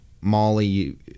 Molly